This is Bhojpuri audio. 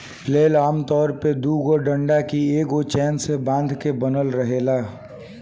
फ्लेल आमतौर पर दुगो डंडा के एगो चैन से बांध के बनल रहेला